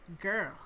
girl